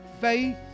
Faith